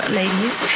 ladies